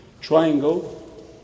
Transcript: Triangle